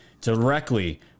directly